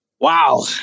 Wow